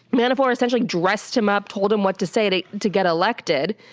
manafort essentially dressed him up, told him what to say to to get elected.